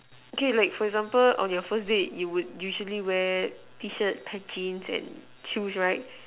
okay like for example on your first date you will usually wear T shirt pack jeans and shoes right